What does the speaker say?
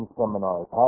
seminars